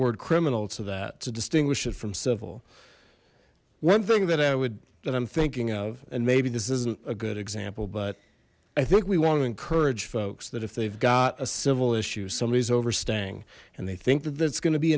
word criminal to that to distinguish it from civil one thing that i would that i'm thinking of and maybe this isn't a good example but i think we want to encourage folks that if they've got a civil issue somebody's overstaying and they think that's going to be